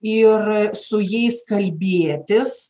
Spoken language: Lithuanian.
ir su jais kalbėtis